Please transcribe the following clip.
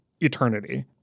eternity